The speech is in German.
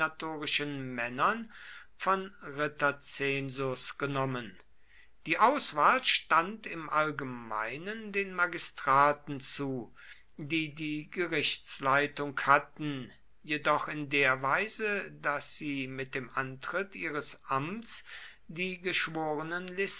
männern von ritterzensus genommen die auswahl stand im allgemeinen den magistraten zu die die gerichtsleitung hatten jedoch in der weise daß sie mit dem antritt ihres amts die